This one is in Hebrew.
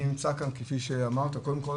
אני נמצא כאן, כפי שאמרת, קודם כל